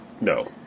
No